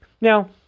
now